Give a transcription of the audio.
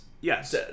Yes